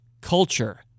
culture